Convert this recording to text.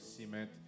cement